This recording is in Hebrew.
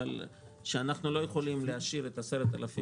שאנחנו לא יכולים להשאיר את 10,000